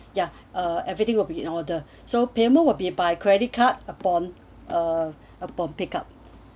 uh everything will be in order so payment will be by credit card upon uh upon pick up